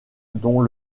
dont